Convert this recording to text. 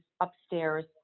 upstairs